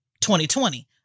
2020